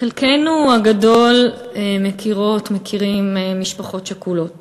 חלקנו הגדול מכירות, מכירים, משפחות שכולות